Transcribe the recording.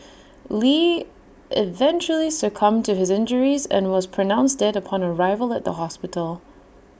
lee eventually succumbed to his injuries and was pronounced dead upon arrival at the hospital